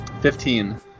Fifteen